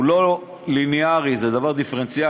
הוא לא לינארי, זה דבר דיפרנציאלי.